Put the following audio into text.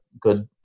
good –